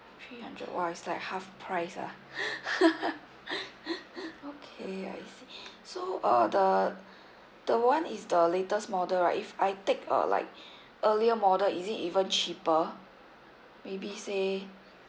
three hundred !wah! it's like half price ah okay I see so uh the the one is the latest model right if I take uh like earlier model is it even cheaper maybe say